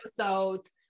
episodes